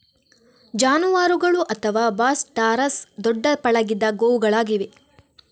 ಜಾನುವಾರುಗಳು ಅಥವಾ Bos taurus ದೊಡ್ಡ ಪಳಗಿದ ಗೋವುಗಳಾಗಿವೆ